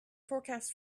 forecast